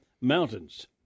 Mountains